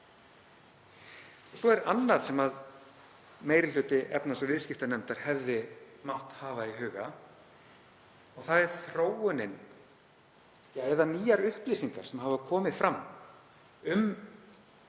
Svo er annað sem meiri hluti efnahags- og viðskiptanefndar hefði mátt hafa í huga. Það er þróunin eða nýjar upplýsingar sem hafa komið fram um